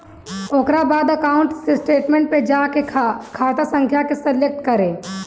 ओकरा बाद account statement पे जा आ खाता संख्या के सलेक्ट करे